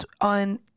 on